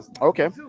okay